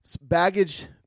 baggage